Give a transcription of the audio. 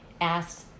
asked